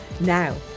Now